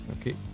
Okay